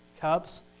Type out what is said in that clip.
cups